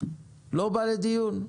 לא בא לדיון.